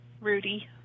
Rudy